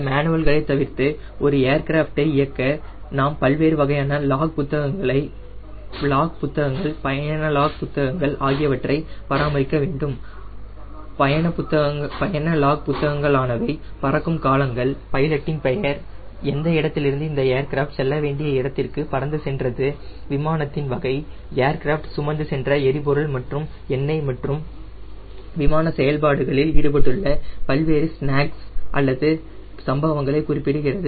இந்த மேனுவல்களை தவிர்த்து ஒரு ஏர்கிராஃப்டை இயக்க நாம் பல்வேறு லாக் புத்தகங்கள் பயண லாக் புத்தகங்கள் ஆகியவற்றை பராமரிக்க வேண்டும் பயண லாக் புத்தகங்களானவை பறக்கும் காலங்கள் பைலட்டின் பெயர் எந்த இடத்திலிருந்து இந்த ஏர்கிராஃப்டை செல்ல வேண்டிய இடத்திற்கு பறந்து சென்றது விமானத்தின் வகை ஏர்கிராஃப்ட் சுமந்து சென்ற எரிபொருள் மற்றும் எண்ணை மற்றும் விமான செயல்பாடுகளில் ஈடுபட்டுள்ள பல்வேறு ஸ்னாக்ஸ் அல்லது சம்பவங்களை குறிப்பிடுகிறது